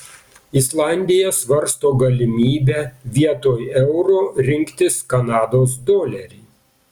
islandija svarsto galimybę vietoj euro rinktis kanados dolerį